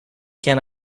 can